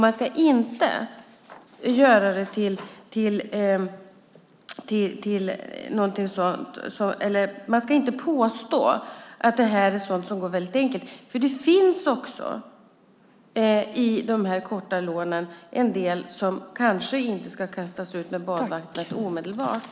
Man ska inte påstå att det här är sådant som går väldigt enkelt, för det finns också i de här korta lånen en del som kanske inte ska kastas ut med badvattnet omedelbart.